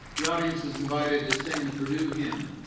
the audience is invited to sing the purdue hymn.